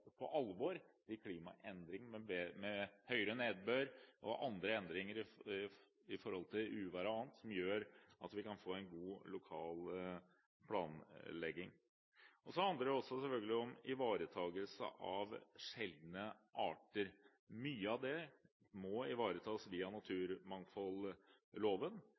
på alvor de klimaendringer med mer nedbør og andre endringer i form av uvær og annet, og som gjør at vi kan få en god lokal planlegging. Så handler det selvfølgelig også om ivaretakelse av sjeldne arter. Mye av det må ivaretas via naturmangfoldloven,